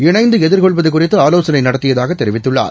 இணைந்துஎதிர்கொள்வதுகுறித்துஆலோசனைநடத்தியதாகதெரிவித்துள்ளார்